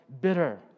bitter